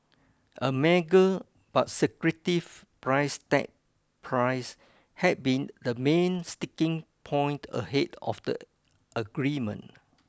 a mega but secretive price tag price had been the main sticking point ahead of the agreement